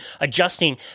adjusting